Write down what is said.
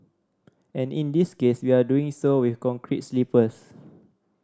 and in this case we are doing so with concrete sleepers